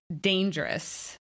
dangerous